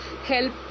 help